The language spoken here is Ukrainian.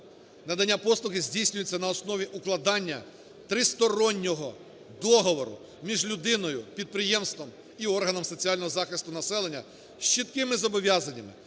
Надання послуги здійснюється на основі укладання тристороннього договору між людиною, підприємством і органом соціального захисту населення, з чіткими зобов'язаннями